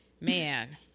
man